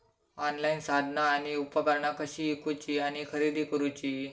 Online साधना आणि उपकरणा कशी ईकूची आणि खरेदी करुची?